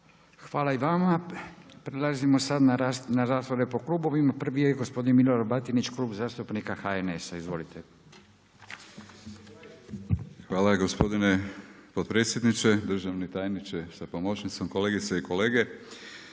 Hvala i vama. Prelazimo sada na rasprave po klubovima. Prvi je gospodin Milorad Batinić, Klub zastupnika HNS-a. Izvolite. **Batinić, Milorad (HNS)** Hvala gospodine potpredsjedniče, državni tajniče sa pomoćnicom, kolegice i kolege.